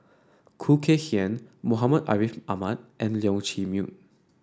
Khoo Kay Hian Muhammad Ariff Ahmad and Leong Chee Mun